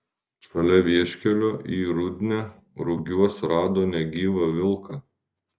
šalia vieškelio į rudnią rugiuos rado negyvą vilką